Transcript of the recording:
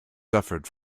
suffered